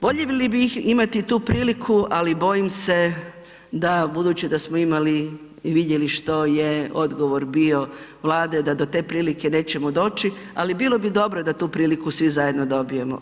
Voljeli bi imati tu priliku, ali bojim se da budući da smo imali i vidjeli što je odgovor bio Vlade da do te prilike nećemo doći, ali bilo bi dobro da tu priliku svi zajedno dobijemo.